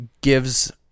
gives